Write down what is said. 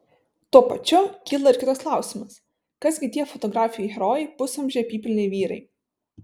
tuo pačiu kyla ir kitas klausimas kas gi tie fotografijų herojai pusamžiai apypilniai vyrai